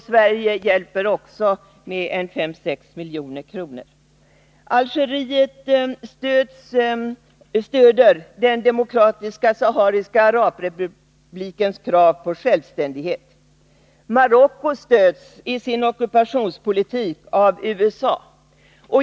Sverige hjälper också med 5-6 milj.kr. Algeriet stöder också Demokratiska Sahariska Arabrepublikens krav på självständighet. Marocko stöds i sin ockupationspolitik av USA.